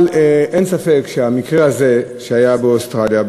אבל אין ספק שהמקרה הזה שהיה באוסטרליה,